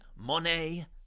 Monet